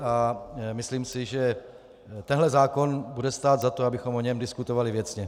A myslím si, že tenhle zákon bude stát za to, abychom o něm diskutovali věcně.